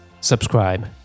subscribe